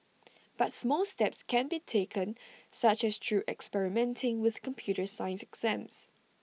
but small steps can be taken such as through experimenting with computer science exams